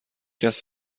کسی